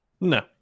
No